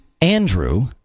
andrew